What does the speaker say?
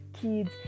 kids